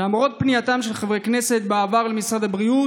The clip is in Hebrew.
למרות פנייתם של חברי כנסת בעבר למשרד הבריאות,